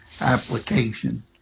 application